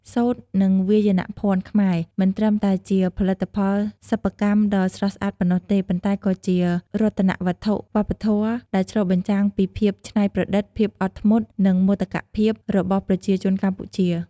សូត្រ និងវាយនភ័ណ្ឌខ្មែរ មិនត្រឹមតែជាផលិតផលសិប្បកម្មដ៏ស្រស់ស្អាតប៉ុណ្ណោះទេ ប៉ុន្តែក៏ជា រតនវត្ថុវប្បធម៌ ដែលឆ្លុះបញ្ចាំងពីភាពច្នៃប្រឌិត ភាពអត់ធ្មត់ និងមោទកភាពរបស់ប្រជាជនកម្ពុជា។